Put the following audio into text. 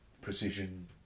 precision